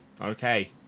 okay